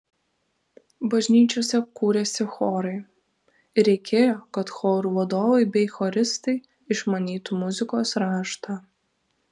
bažnyčiose kūrėsi chorai ir reikėjo kad chorų vadovai bei choristai išmanytų muzikos raštą